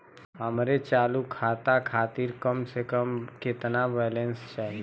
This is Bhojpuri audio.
हमरे चालू खाता खातिर कम से कम केतना बैलैंस चाही?